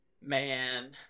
Man